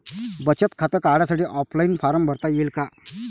बचत खातं काढासाठी ऑफलाईन फारम भरता येईन का?